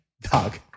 dog